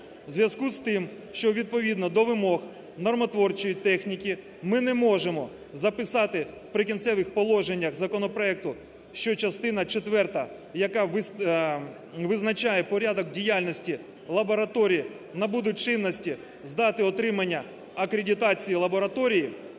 У зв'язку з тим, що відповідно до вимог нормотворчої техніки ми не можемо записати в "Прикінцевих положеннях" законопроекту, що частина четверта, яка визначає порядок діяльності лабораторії, набуде чинності з дати отримання акредитації лабораторії,